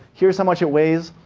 here's how much it weighs.